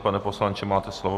Pane poslanče, máte slovo.